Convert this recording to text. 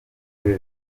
muri